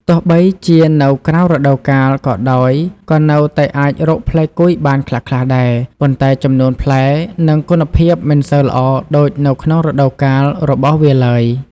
ទោះបីជានៅក្រៅរដូវកាលក៏ដោយ ក៏នៅតែអាចរកផ្លែគុយបានខ្លះៗដែរ ប៉ុន្តែចំនួនផ្លែ និងគុណភាពមិនសូវល្អដូចនៅក្នុងរដូវកាលរបស់វាឡើយ។